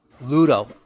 Ludo